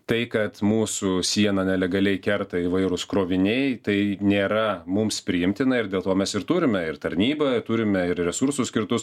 tai kad mūsų sieną nelegaliai kerta įvairūs kroviniai tai nėra mums priimtina ir dėl to mes ir turime ir tarnybą turime ir resursus skirtus